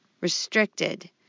Restricted